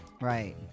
Right